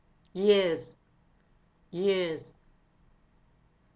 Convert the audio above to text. yes yes